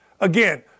Again